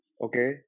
okay